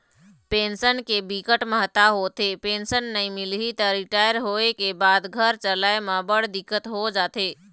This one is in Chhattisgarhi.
पेंसन के बिकट महत्ता होथे, पेंसन नइ मिलही त रिटायर होए के बाद घर चलाए म बड़ दिक्कत हो जाथे